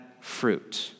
fruit